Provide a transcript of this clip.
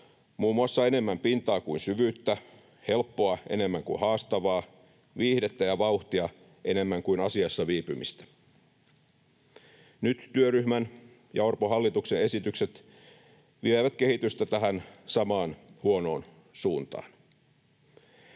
muun muassa enemmän pintaa kuin syvyyttä, helppoa enemmän kuin haastavaa, viihdettä ja vauhtia enemmän kuin asiassa viipymistä. Nyt työryhmän ja Orpon hallituksen esitykset vievät kehitystä tähän samaan huonoon suuntaan.